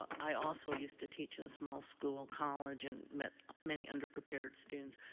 i also used to teach in a small school college and met many underprepared students.